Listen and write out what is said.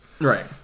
Right